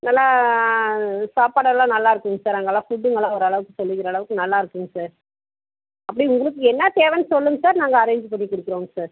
நல்லா சாப்பாடெல்லாம் நல்லா இருக்குங்க சார் அங்கேலாம் ஃபுட்டு நல்லா ஓரளவுக்கு சொல்லிக்கிற அளவுக்கு நல்லா இருக்குங்க சார் அப்படி உங்களுக்கு என்ன தேவைன்னு சொல்லுங்கள் சார் நாங்கள் அரேஞ்ச் பண்ணிக் கொடுக்குறோங்க சார்